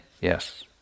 yes